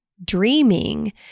dreaming